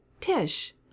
Tish